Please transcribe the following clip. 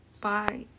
Bye